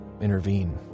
intervene